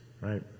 right